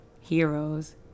heroes